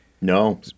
No